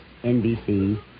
NBC